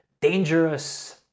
dangerous